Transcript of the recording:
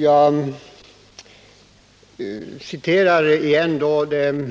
— Jag citerar igen det